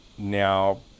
Now